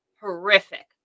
horrific